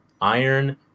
Iron